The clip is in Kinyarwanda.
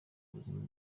buzima